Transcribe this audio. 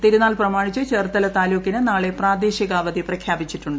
തിരുനാൾ പ്രമാണിച്ച് ചേർത്തല താലൂക്കിന് നാളെ പ്രാദേശിക അവധി പ്രഖ്യാപിച്ചിട്ടുണ്ട്